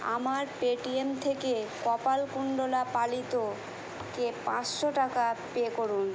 আমার পেটিএম থেকে কপালকুণ্ডলা পালিতকে পাঁচশো টাকা পে করুন